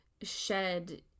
shed